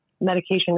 medication